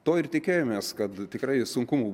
to ir tikėjomės kad tikrai sunkumų